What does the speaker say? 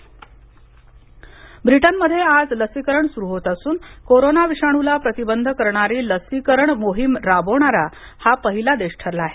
Britain लस ब्रिटनमध्ये आज लसीकरण सुरू होत असून कोरोना विषाणूला प्रतिबंध करणारी लसीकरण मोहीम राबविणारा हा पहिला देश ठरणार आहे